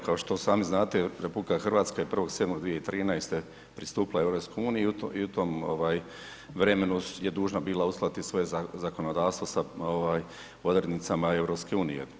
Kao što i sami znate RH je 1.7.2013. pristupila EU i u tom vremenu je dužna bila uskladiti svoje zakonodavstvo sa odrednicama EU.